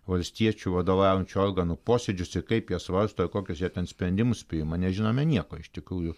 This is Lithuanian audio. valstiečių vadovaujančių organų posėdžius ir kaip jie svarsto ir kokius jie ten sprendimus priima nežinome nieko iš tikrųjų